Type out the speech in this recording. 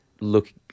look